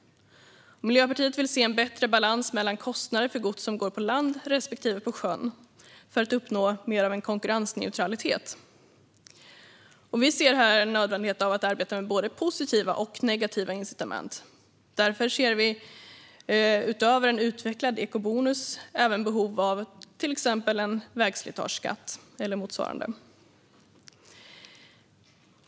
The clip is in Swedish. Miljöpartiet vill se en bättre balans mellan kostnader för gods som går på land respektive på sjön för att uppnå mer av en konkurrensneutralitet. Vi ser här en nödvändighet av att arbeta med både positiva och negativa incitament. Därför ser vi utöver en utvecklad eco-bonus även behov av till exempel en vägslitageskatt eller motsvarande.